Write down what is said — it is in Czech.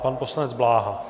Pan poslanec Bláha.